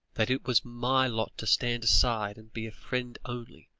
that it was my lot to stand aside and be a friend only,